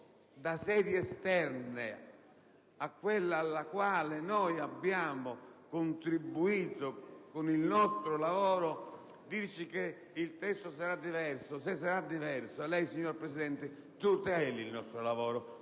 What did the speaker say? da sedi esterne rispetto a quella nella quale noi abbiamo contribuito con il nostro lavoro, comunicare che il testo sarà diverso! Se sarà diverso lei, signor Presidente, tuteli il nostro lavoro,